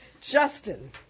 Justin